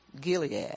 Gilead